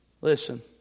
Listen